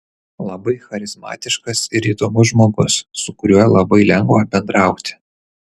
labai charizmatiškas ir įdomus žmogus su kuriuo labai lengva bendrauti